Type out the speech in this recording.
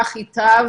כך ייטב